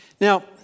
Now